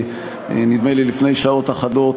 נדמה לי לפני שעות אחדות,